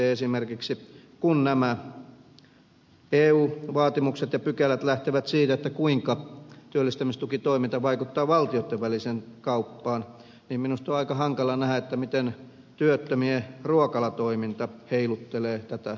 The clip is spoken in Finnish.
kun nämä eu vaatimukset ja pykälät lähtevät siitä kuinka työllistämistukitoiminta vaikuttaa valtioitten väliseen kauppaan niin minusta on aika hankala nähdä miten työttömien ruokalatoiminta heiluttelee tätä tasapainoa